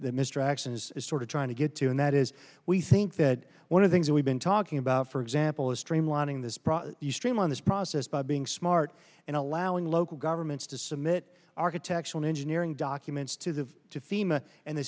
that mr actions is sort of trying to get to and that is we think that one of things that we've been talking about for example is streamlining this you streamline this process by being smart in allowing local governments to submit architectural engineering documents to the